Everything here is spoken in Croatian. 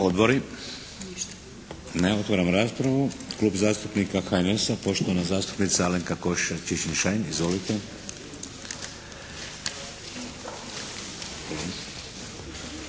Odbori? Ne. Otvaram raspravu. Klub zastupnika HNS-a poštovana zastupnica Alenka Košiša Čičin-Šain. Izvolite.